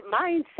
mindset